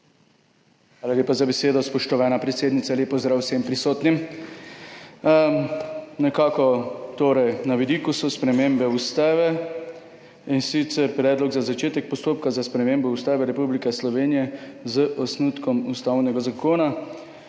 Hvala lepa za besedo, spoštovana predsednica. Lep pozdrav vsem prisotnim! Na vidiku so torej spremembe ustave, in sicer Predlog za začetek postopka za spremembo Ustave Republike Slovenije z osnutkom ustavnega zakona.